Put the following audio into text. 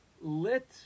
lit